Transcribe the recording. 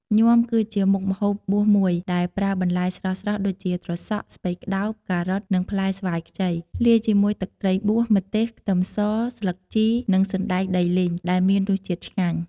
ញាំគឺជាមុខម្ហូបបួសមួយ ដែលប្រើបន្លែស្រស់ៗដូចជា ត្រសក់ ស្ពៃក្ដោប ការ៉ុត និងផ្លែស្វាយខ្ចី លាយជាមួយទឹកត្រីបួស ម្ទេស ខ្ទឹមស ស្លឹកជី និងសណ្ដែកដីលីង ដែលមានរសជាតិឆ្ងាញ់ ។